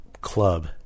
club